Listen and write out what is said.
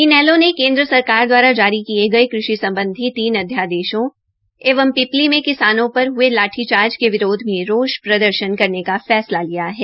इनेलो ने केन्द्र सरकार द्वारा जारी किये गये कृषि सम्बधी तीन अध्यादेशों एवं पीपली में किसानों पर हये लाठीचार्ज के विरोध में रोष प्रदर्शन करने का फैसला लिया है